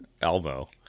Elmo